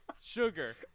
sugar